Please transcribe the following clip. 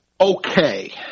Okay